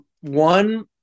one